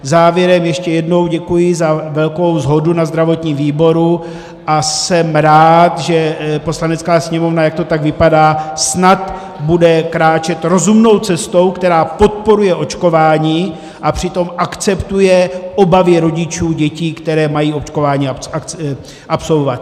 Závěrem ještě jednou děkuji za velkou shodu na zdravotním výboru a jsem rád, že Poslanecká sněmovna, jak to tak vypadá, snad bude kráčet rozumnou cestou, která podporuje očkování a přitom akceptuje obavy rodičů dětí, které mají očkování absolvovat.